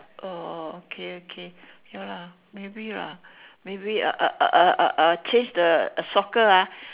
oh okay okay ya lah maybe lah maybe uh uh uh uh uh change the soccer ah